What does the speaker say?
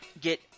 get